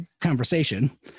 conversation